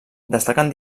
destaquen